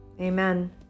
Amen